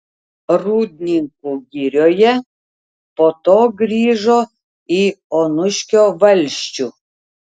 rūdninkų girioje po to grįžo į onuškio valsčių